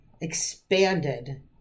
expanded